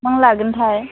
बेसेबां लागोनथाय